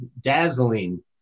dazzling